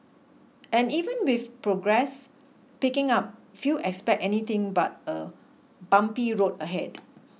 and even with progress picking up few expect anything but a bumpy road ahead